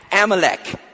Amalek